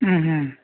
ꯎꯝ